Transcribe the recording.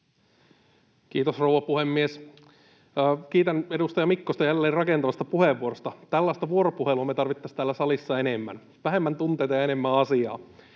Kiitos, rouva puhemies! Kiitän edustaja Mikkosta jälleen rakentavasta puheenvuorosta. Tällaista vuoropuhelua me tarvittaisiin täällä salissa enemmän; vähemmän tunteita ja enemmän asiaa.